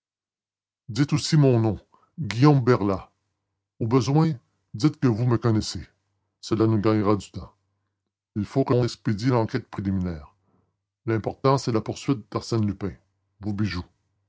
dites aussi mon nom guillaume berlat au besoin dites que vous me connaissez cela nous gagnera du temps il faut qu'on expédie l'enquête préliminaire l'important c'est la poursuite d'arsène lupin vos bijoux